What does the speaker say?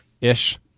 ish